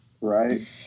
Right